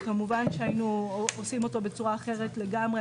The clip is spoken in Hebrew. כמובן שהיינו עושים אותו בצורה אחרת לגמרי.